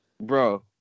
Bro